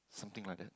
something like that